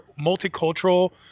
multicultural